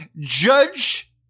Judge